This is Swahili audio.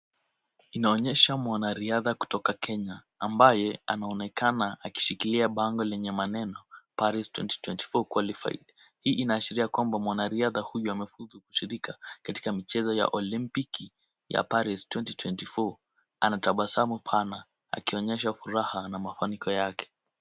Inaonyesha mwanariadha kutoka Kenya, ambaye anaonekana akishikilia bango lenye maneno, Paris 2024 Qualified . Hii inaashiria kwamba mwanariadha huyu amefuzu kushirika katika michezo ya Olimpiki ya Paris 2024, anatabasamu pana akionyesha furaha na mafanikio yake.